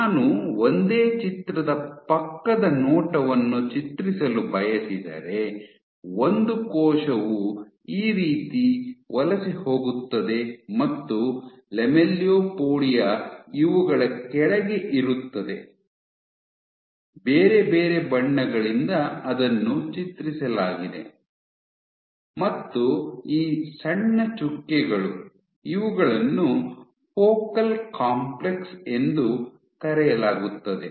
ನಾನು ಒಂದೇ ಚಿತ್ರದ ಪಕ್ಕದ ನೋಟವನ್ನು ಚಿತ್ರಿಸಲು ಬಯಸಿದರೆ ಒಂದು ಕೋಶವು ಈ ರೀತಿ ವಲಸೆ ಹೋಗುತ್ತದೆ ಮತ್ತು ಲ್ಯಾಮೆಲಿಯೊಪೊಡಿಯಾ ಇವುಗಳ ಕೆಳಗೆ ಇರುತ್ತದೆ ಬೇರೆ ಬೇರೆ ಬಣ್ಣಗಳಿಂದ ಅದನ್ನು ಚಿತ್ರಿಸಲಾಗಿದೆ ಮತ್ತು ಈ ಸಣ್ಣ ಚುಕ್ಕೆಗಳು ಇವುಗಳನ್ನು ಫೋಕಲ್ ಕಾಂಪ್ಲೆಕ್ಸ್ ಎಂದು ಕರೆಯಲಾಗುತ್ತದೆ